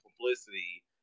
publicity